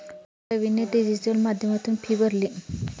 रवीने डिजिटल माध्यमातून फी भरली